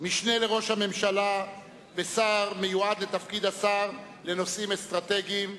משנה לראש הממשלה ושר מיועד לתפקיד השר לנושאים אסטרטגיים,